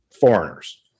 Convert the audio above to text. foreigners